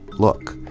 look,